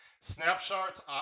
snapshots